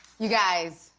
you guys,